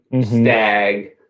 Stag